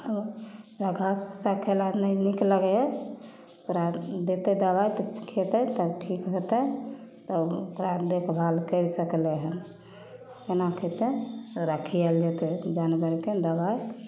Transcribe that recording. ओकरा घास भूसा खाय लए नहि नीक लगै हइ ओकरा देतै दबाइ तऽ खेतै तब ठीक होतै तब ओकरा देखभाल कैर सकलै हन कोना खेतै ओकरा खियाल जेतै जानबरके दबाइ